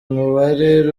umubare